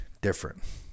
different